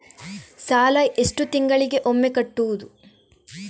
ಸಾಲ ಎಷ್ಟು ತಿಂಗಳಿಗೆ ಒಮ್ಮೆ ಕಟ್ಟುವುದು?